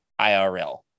IRL